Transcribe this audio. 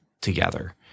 together